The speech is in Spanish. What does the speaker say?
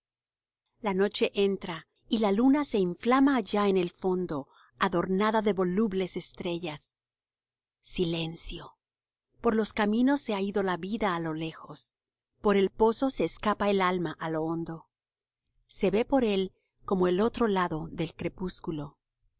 la noche entra y la luna se inflama allá en el fondo adornada de volubles estrellas silencio por los caminos se ha ido la vida á lo lejos por el pozo se escapa el alma á lo hondo se ve por él como el otro lado del crepúsculo